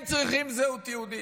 הם צריכים זהות יהודית?